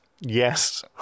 Yes